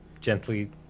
gently